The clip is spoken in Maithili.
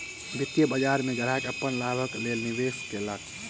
वित्तीय बाजार में ग्राहक अपन लाभक लेल निवेश केलक